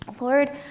Lord